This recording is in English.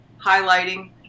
highlighting